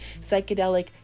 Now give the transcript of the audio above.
psychedelic